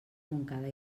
montcada